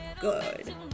good